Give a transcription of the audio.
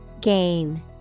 Gain